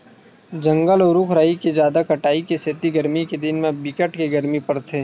जंगल अउ रूख राई के जादा कटाई के सेती गरमी के दिन म बिकट के गरमी परथे